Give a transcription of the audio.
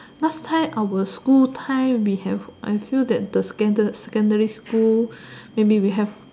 last time our school time we have I feel that the second secondary school maybe we have